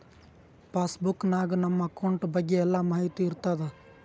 pass book ನಾಗ್ ನಮ್ account ಬಗ್ಗೆ ಎಲ್ಲಾ ಮಾಹಿತಿ ಇರ್ತಾದ